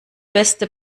beste